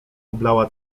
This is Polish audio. oblała